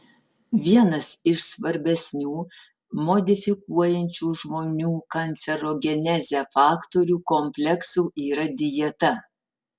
vienas iš svarbesnių modifikuojančių žmonių kancerogenezę faktorių kompleksų yra dieta